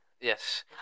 Yes